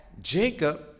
Jacob